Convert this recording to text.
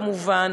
כמובן.